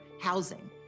housing